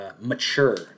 mature